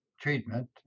treatment